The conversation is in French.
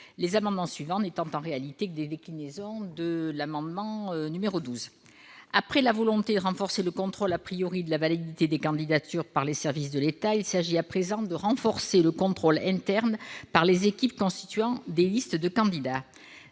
les amendements suivants n'étant, en réalité, que les déclinaisons de l'amendement n° 12 rectifié. Après la volonté de renforcer le contrôle de la validité des candidatures par les services de l'État, il s'agit, à présent, de renforcer le contrôle interne par les équipes constituant des listes de candidats.